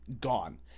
gone